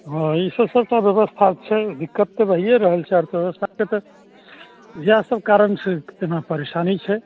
हँ ईसब सब टा व्यवस्था छै दिक्कत तऽ भइए रहल छै अर्थव्यवस्थाके तऽ यहए सब कारणसँ एना परेशानी छै